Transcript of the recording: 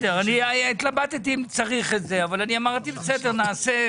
לאחרונה חתמו על הסכם עם ההסתדרות המורים,